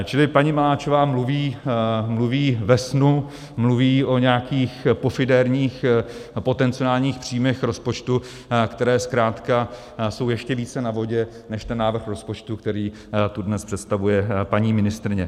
Čili paní Maláčová mluví ve snu, mluví o nějakých pofidérních a potenciálních příjmech rozpočtu, které zkrátka jsou ještě více na vodě než ten návrh rozpočtu, který tu dnes představuje paní ministryně.